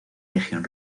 legión